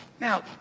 Now